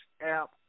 app